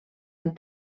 amb